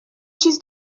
چیز